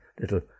little